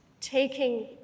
taking